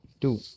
two